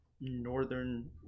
Northern